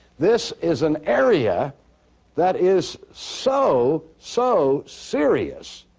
this is an area that is so, so serious